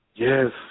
Yes